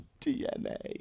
DNA